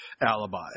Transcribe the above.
alibi